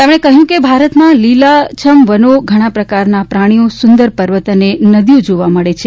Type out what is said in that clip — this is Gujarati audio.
તેમણે કહ્યું કે ભારતમાં લીલાછમ વનો ઘણા પ્રકારના પ્રાણીઓ સુંદર પર્વત અને નદીઓ જોવા મળે છે